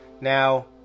Now